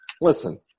Listen